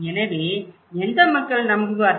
எனவே எந்த மக்கள் நம்புவார்கள்